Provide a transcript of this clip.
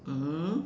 mm